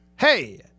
hey